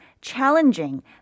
challenging